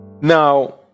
Now